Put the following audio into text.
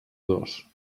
dos